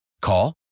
Call